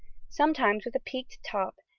sometimes with a peaked top,